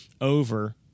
over